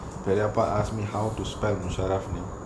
periyappa ask me how to spell musharaf name